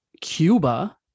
Cuba